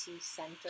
center